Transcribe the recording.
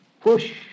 push